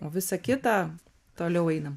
visa kita toliau einam